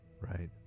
Right